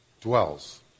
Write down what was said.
dwells